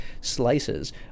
slices